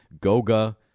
Goga